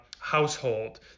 Household